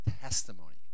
testimony